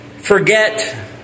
forget